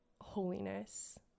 holiness